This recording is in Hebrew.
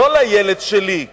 לא לילד שלי,